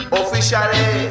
officially